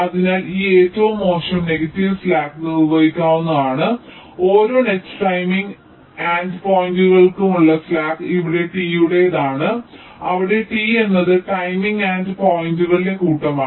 അതിനാൽ ഈ ഏറ്റവും മോശം നെഗറ്റീവ് സ്ലാക്ക് നിർവ്വചിക്കാവുന്നതാണ് ഓരോ നെറ്റ് ടൈമിംഗ് എൻഡ് പോയിന്റുകളിലുമുള്ള സ്ലാക്ക് ഇവിടെ T യുടെതാണ് അവിടെ T എന്നത് ടൈമിംഗ് എൻഡ് പോയിന്റുകളുടെ കൂട്ടമാണ്